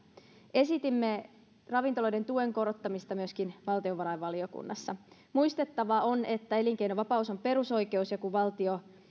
esitimme ravintoloiden tuen korottamista myöskin valtiovarainvaliokunnassa muistettava on että elinkeinovapaus on perusoikeus ja kun valtio